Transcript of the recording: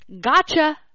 Gotcha